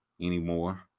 anymore